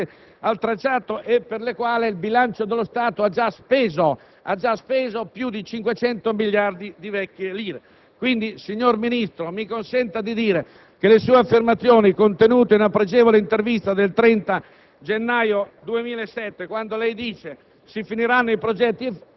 dalle Regioni Lombardia, Piemonte e Liguria, nonché da tutte le Province interessate al tracciato, e per la quale il bilancio dello Stato ha già speso più di 500 miliardi di vecchie lire. Signor Ministro, mi consenta pertanto di asserire che le sue affermazioni contenute nella pregevole intervista del 30